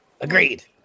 Agreed